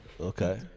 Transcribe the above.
Okay